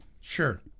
Sure